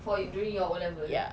for during your O level